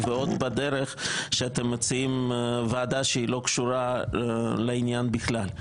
ועוד בדרך שאתם מציעים ועדה שלא קשורה לעניין בכלל.